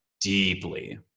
deeply